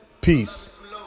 Peace